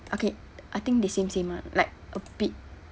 okay I think they same same ah like a bit